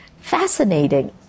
fascinating